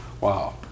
Wow